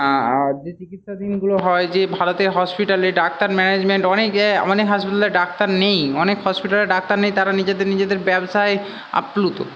আর যে চিকিৎসাধীনগুলো হয় যে ভারতের হসপিটালে ডাক্তার ম্যানেজমেন্ট অনেকে অনেক হাসপাতালে ডাক্তার নেই অনেক হসপিটালে ডাক্তার নেই তারা নিজেদের নিজেদের ব্যবসায় আপ্লুত